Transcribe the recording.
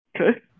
Okay